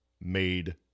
made